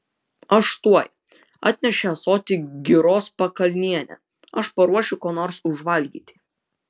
aš tuoj atnešė ąsotį giros pakalnienė aš paruošiu ko nors užvalgyti